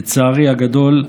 לצערי הגדול,